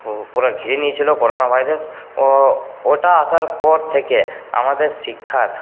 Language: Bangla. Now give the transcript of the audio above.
পুরো ঘিরে নিয়েছিলো করোনা ভাইরাস ও ওটা আসার পর থেকে আমাদের শিক্ষার